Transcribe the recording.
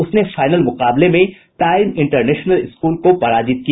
उसने फाइनल मुकाबले में टाइम इंटरनेशनल स्कूल को पराजित किया